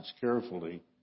carefully